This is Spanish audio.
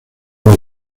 las